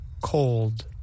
cold